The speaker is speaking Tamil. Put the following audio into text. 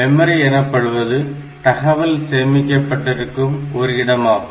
மெமரி எனப்படுவது தகவல் சேமிக்கப்பட்டிருக்கும் ஒரு இடமாகும்